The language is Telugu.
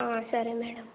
సరే మేడం